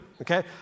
okay